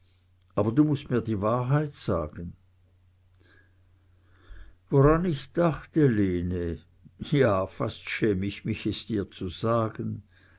aber du mußt mir die wahrheit sagen woran ich dachte lene ja fast schäm ich mich es zu sagen